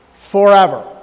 forever